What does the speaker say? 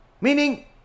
meaning